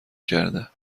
کرده